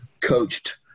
coached